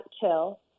kill